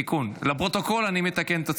תיקון, לפרוטוקול: אני מתקן את עצמי.